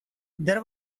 there